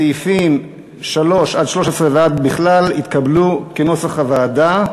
סעיפים 3 13, ועד בכלל, התקבלו כנוסח הוועדה.